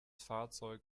fahrzeug